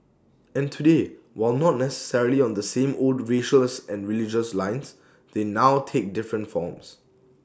and today while not necessarily on the same old racial and religious lines they now take different forms